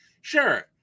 sure